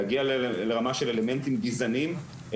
להגיע לרמה של אלמנטים גזעניים,